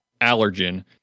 allergen